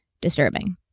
disturbing